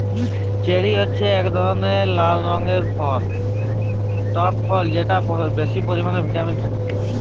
cherry হছে ইক ধরলের লাল রঙের টক ফল যেটতে বেশি পরিমালে ভিটামিল থ্যাকে